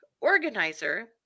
organizer